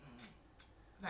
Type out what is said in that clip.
what is it